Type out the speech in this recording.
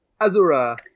Azura